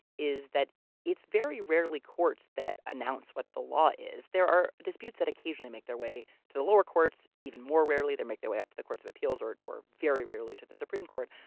is that it's very rarely courts that announce what the law is. there are disputes that occasionally make their way to the lower courts, even more rarely that make their way up to the courts of appeals, or or very rarely to the supreme court,